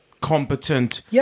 competent